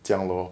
这样 lor